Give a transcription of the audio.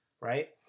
right